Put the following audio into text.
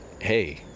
hey